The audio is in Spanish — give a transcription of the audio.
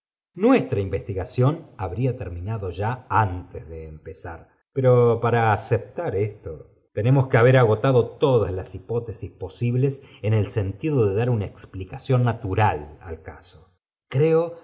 nuestra investigación habría terminado ya antes de empezar pero para aceptar esto tenemos que haber agotado todas las hipótesis posibles en el sentido de dar una explicación natural al caso creo